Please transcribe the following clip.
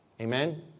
Amen